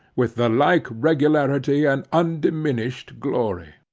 with the like regularity and undiminished glory.